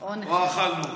או אכלנו אותה.